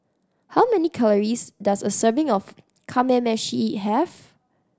how many calories does a serving of Kamameshi have